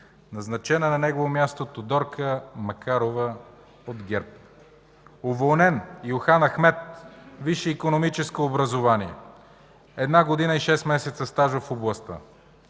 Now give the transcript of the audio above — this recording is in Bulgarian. Назначена на негово място Тодорка Макарова от ГЕРБ. Уволнен: Юхан Ахмед. Висше икономическо образование, една година и шест месеца стаж в областта,